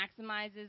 maximizes